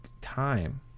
time